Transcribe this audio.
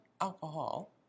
alcohol